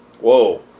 Whoa